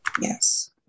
Yes